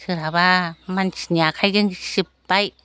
सोरहाबा मानसिनि आखाइजों सिब्बाय